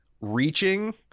reaching